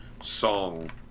song